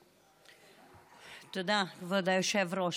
תודה, כבוד היושב-ראש.